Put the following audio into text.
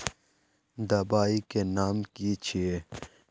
दबाई के नाम की छिए?